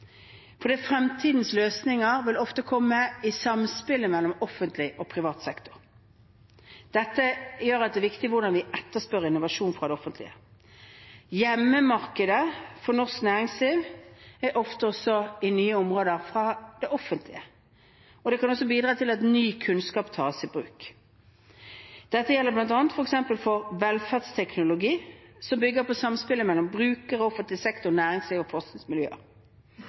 Fremtidens løsninger vil ofte komme i samspillet mellom offentlig og privat sektor. Dette gjør at det er viktig hvordan vi etterspør innovasjon fra det offentlige. Offentlig sektor er hjemmemarked for norsk næringsliv, ofte også på nye områder, og det kan bidra til at ny kunnskap tas i bruk. Dette gjelder bl.a. for velferdsteknologi, som bygger på samspillet mellom brukerne, offentlig sektor, næringslivet og